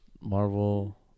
Marvel